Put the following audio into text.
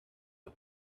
the